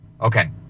Okay